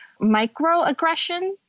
microaggression